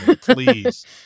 please